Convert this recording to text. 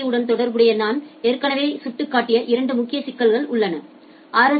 B உடன் தொடர்புடைய ஏற்கனவே சுட்டிக்காட்டிய இரண்டு முக்கிய சிக்கல்கள் உள்ளன ஆர்